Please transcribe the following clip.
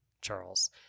charles